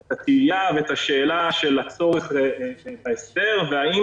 את התהייה ואת השאלה של הצורך בהסדר והאם